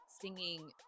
singing